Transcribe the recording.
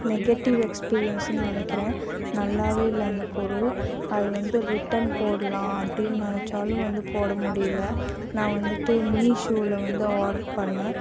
negative எக்ஸ்பிரியன்ஸ்னு நினக்கிறேன் நல்லாவே இல்லை அந்த பொருள் அது வந்து ரிட்டர்ன் போடலாம் அப்படின் நினச்சாலும் வந்து போட முடியல நான் வந்துட்டு மீஷோவில் வந்து ஆர்ட்ரு பண்ணிணேன்